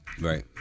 right